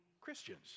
Christians